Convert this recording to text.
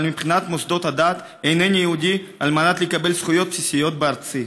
אבל מבחינת מוסדות הדת אינני יהודי על מנת לקבל זכויות בסיסיות בארצי.